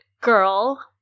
girl